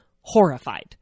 horrified